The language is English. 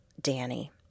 Danny